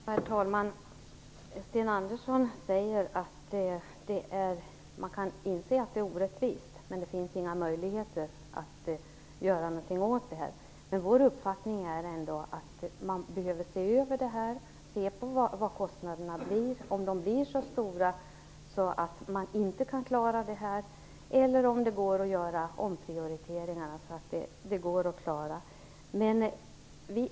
Herr talman! Sten Andersson säger att man kan inse att detta är orättvist, men att det inte finns några möjligheter att göra något åt det. Vår uppfattning är att detta ändå behöver ses över. Man måste se om kostnaderna blir så stora så att man inte kan klara det, eller om det ändå går att genomföra via omprioriteringar.